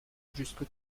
jusque